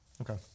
Okay